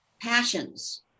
passions